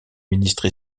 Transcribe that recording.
ministre